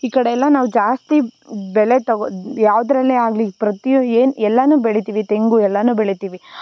ಈ ಕಡೆ ಎಲ್ಲ ನಾವು ಜಾಸ್ತಿ ಬೆಲೆ ತಗೊ ಬೆ ಯಾವುದ್ರಲ್ಲೇ ಆಗಲಿ ಪ್ರತಿ ಏನು ಎಲ್ಲಾ ಬೆಳಿತೀವಿ ತೆಂಗು ಎಲ್ಲಾ ಬೆಳಿತೀವಿ